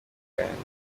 yahanuye